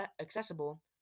accessible